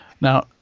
Now